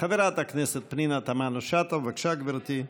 חברת הכנסת פנינה תמנו-שטה, בבקשה, גברתי.